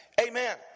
Amen